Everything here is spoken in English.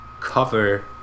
cover